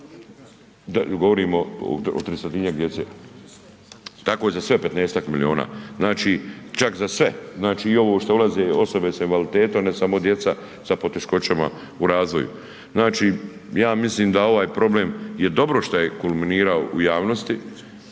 Braču, govorimo o 300-tinjak djece, tako za sve 15-tak miliona. Znači, čak za sve znači i ovo što ulaze osobe s invaliditetom ne samo djeca sa poteškoćama u razvoju. Znači, ja mislim da ovaj problem je dobro što je kulminirao u javnosti,